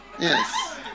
Yes